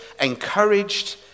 encouraged